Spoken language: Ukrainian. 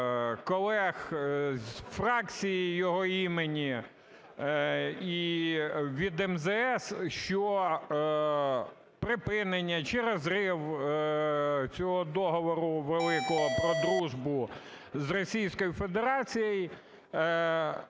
колег з фракції його імені і від МЗС, що припинення чи розрив цього Договору великого про дружбу з Російською Федерацією